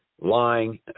lying